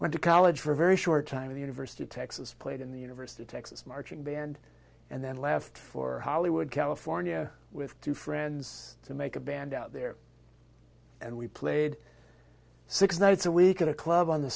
went to college for a very short time to the university of texas played in the university of texas marching band and then left for hollywood california with two friends to make a band out there and we played six nights a week at a club on the